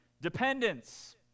Dependence